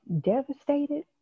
devastated